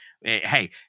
Hey